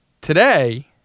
today